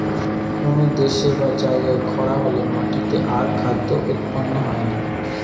কোন দেশে বা জায়গায় খরা হলে মাটিতে আর খাদ্য উৎপন্ন হয় না